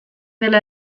dela